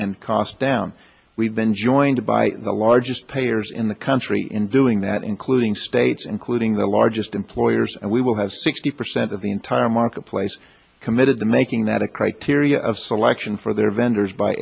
and cost down we've been joined by the largest payers in the country in doing that including states including the largest employers and we will have sixty percent of the entire marketplace committed to making that a criteria of selection for their vendors by